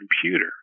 computer